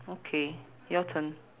okay your turn